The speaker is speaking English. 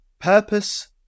Purpose